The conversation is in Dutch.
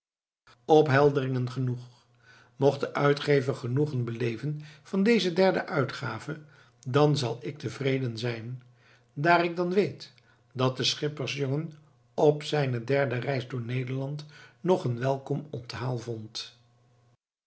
ophelderingen genoeg mocht de uitgever genoegen beleven van deze derde uitgave dan zal ik tevreden zijn daar ik dan weet dat de schippersjongen op zijne derde reis door nederland nog een welkom onthaal vond